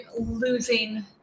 losing